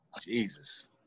Jesus